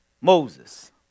Moses